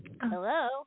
Hello